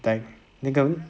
like 那个